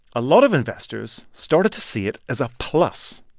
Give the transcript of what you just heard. a lot of investors started to see it as a plus.